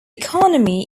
economy